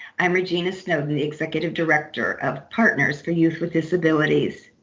i'm regina snowden executive director of partners for youth with disabilities.